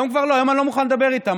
היום כבר לא, היום אני לא מוכן לדבר איתם.